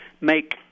make